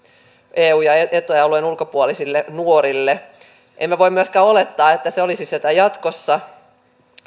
eu ja eta alueen ulkopuolisille nuorille emme voi myöskään olettaa että se olisi sitä jatkossa